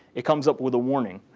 it comes up with a warning.